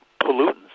pollutants